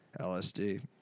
LSD